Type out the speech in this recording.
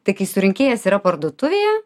tai kai surinkėjas yra parduotuvėje